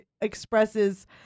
expresses